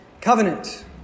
covenant